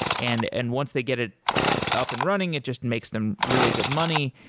and and once they get it up and running, it just makes them really good money.